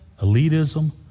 elitism